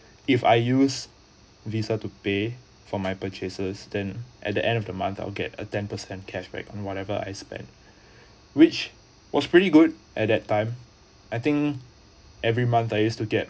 if I use visa to pay for my purchases then at the end of the month I'll get a ten percent cashback on whatever I spend which was pretty good at that time I think every month I used to get